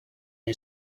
who